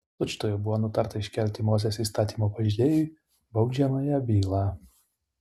tučtuojau buvo nutarta iškelti mozės įstatymo pažeidėjui baudžiamąją bylą